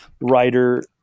writer